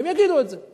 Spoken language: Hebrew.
הם יגידו את זה.